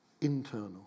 internal